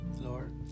Lord